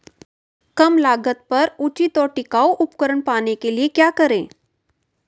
कम लागत पर उचित और टिकाऊ उपकरण पाने के लिए क्या करें?